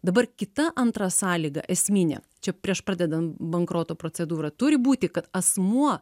dabar kita antra sąlyga esminė čia prieš pradedant bankroto procedūrą turi būti kad asmuo